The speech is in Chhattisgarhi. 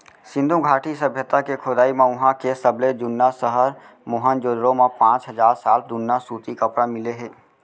सिंधु घाटी सभ्यता के खोदई म उहां के सबले जुन्ना सहर मोहनजोदड़ो म पांच हजार साल जुन्ना सूती कपरा मिले हे